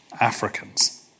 Africans